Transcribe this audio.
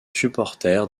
supporters